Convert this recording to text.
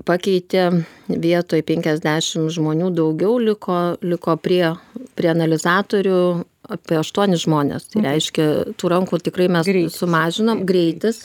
pakeitė vietoj penkiasdešim žmonių daugiau liko liko prie prie analizatorių apie aštuonis žmones tai reiškia tų rankų tikrai mes sumažinom greitis